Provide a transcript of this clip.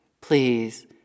Please